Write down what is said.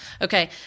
Okay